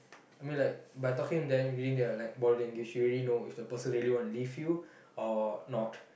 I mean like by talking to them reading their like body language you really know if the person really want to leave you or not